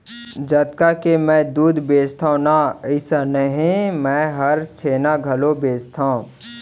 जतका के मैं दूद बेचथव ना अइसनहे मैं हर छेना घलौ बेचथॅव